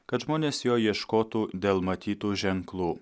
kad žmonės jo ieškotų dėl matytų ženklų